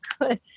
good